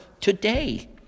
today